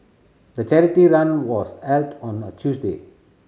the charity run was held on a Tuesday